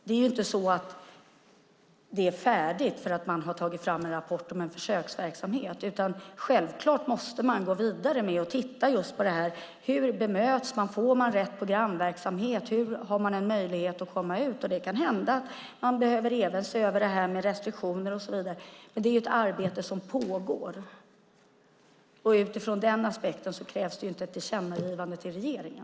Det är inte så att det hela är färdigt bara för att man tagit fram en rapport om en försöksverksamhet, utan självklart måste man gå vidare och titta på hur kvinnor bemöts, om de får rätt programverksamhet, om de har möjlighet att komma ut. Det kan hända att även restriktionerna behöver ses över. Det pågår alltså ett arbete, och utifrån den aspekten krävs det inte ett tillkännagivande till regeringen.